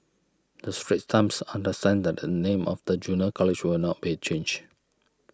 the Straits Times understands that the name of the Junior College will not be changed